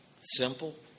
Simple